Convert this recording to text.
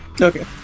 Okay